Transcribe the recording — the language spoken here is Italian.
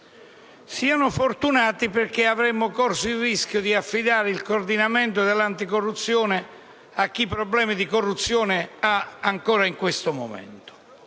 siano fortunati, perché avremmo corso il rischio di affidare il coordinamento dell'anticorruzione a chi problemi di corruzione ne ha ancora in questo momento.